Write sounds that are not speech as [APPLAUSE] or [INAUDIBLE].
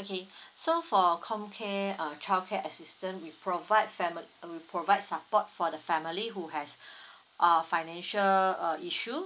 okay so for comcare uh childcare assistance we provide fami~ we provide support for the family who has [BREATH] uh financial uh issue